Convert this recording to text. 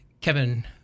Kevin